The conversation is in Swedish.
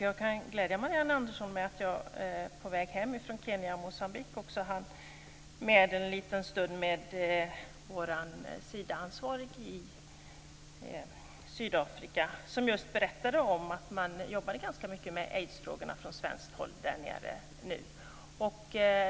Jag kan glädja Marianne Andersson med att jag på väg hem från Kenya och Moçambique också hann med en liten stund med vår Sidaansvariga i Sydafrika som just berättade att man jobbade ganska mycket med aidsfrågorna från svenskt håll där nere nu.